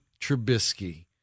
Trubisky